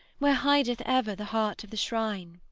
where hideth ever the heart of the shrine.